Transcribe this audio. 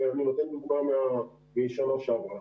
ואני נותן דוגמה משנה שעברה.